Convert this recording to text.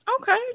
okay